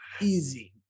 easy